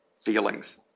feelings